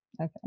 okay